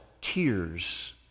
tears